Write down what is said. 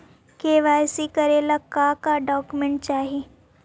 KYC करे ला का का डॉक्यूमेंट चाही?